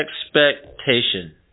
expectation